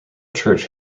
church